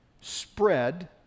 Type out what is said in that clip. spread